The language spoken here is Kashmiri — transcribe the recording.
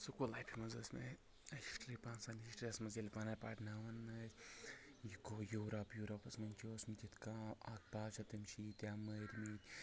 سکوٗل لایفہِ منٛز ٲس مےٚ ہِسٹرٛی ہِسٹرٛیَس منٛز ییٚلہِ پَرناوان ٲسۍ یہِ گوٚو یوٗرَپ پوٗرَپَس منٛز چھُ اوسمُت یِتھ کا اَکھ بادشاہ تٔمۍ چھِ ییٖتیٛاہ مٲرۍمٕتۍ